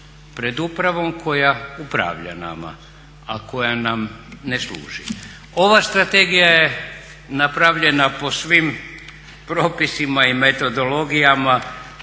pred upravom koja upravlja nama, a koja nam ne služi. Ova strategija je napravljena po svim propisima i metodologijama